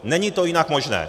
Není to jinak možné.